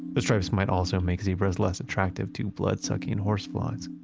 the stripes might also make zebras less attractive to blood-sucking horseflies.